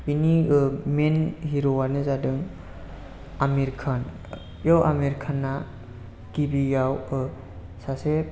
बेनि मेन हिर' आनो जादों आमिर खान बेयाव आमिर खानआ गिबियाव सासे